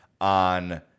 on